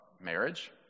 marriage